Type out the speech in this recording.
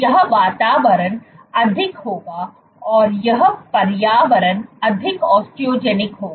यह वातावरण अधिक होगा और यह पर्यावरण अधिक ओस्टोजेनिक होगा